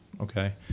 okay